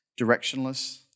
directionless